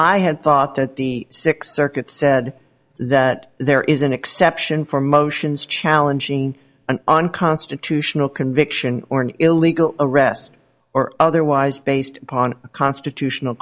i had thought that the sixth circuit said that there is an exception for motions challenging an unconstitutional conviction or an illegal arrest or otherwise based upon a constitutional